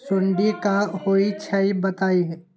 सुडी क होई छई बताई?